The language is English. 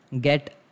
get